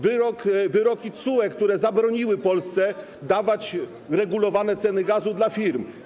Wyroki TSUE, które zabroniły Polsce dawać regulowane ceny gazu dla firm.